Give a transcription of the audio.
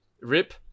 rip